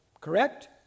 Correct